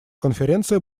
конференция